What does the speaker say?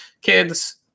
Kids